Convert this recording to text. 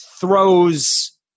throws